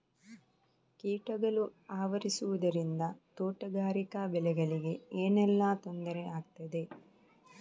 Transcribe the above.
ಕೀಟಗಳು ಆವರಿಸುದರಿಂದ ತೋಟಗಾರಿಕಾ ಬೆಳೆಗಳಿಗೆ ಏನೆಲ್ಲಾ ತೊಂದರೆ ಆಗ್ತದೆ?